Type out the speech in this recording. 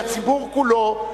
לציבור כולו,